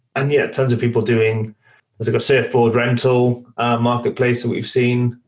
and yeah, tons of people doing like a surfboard rental marketplace that we've seen,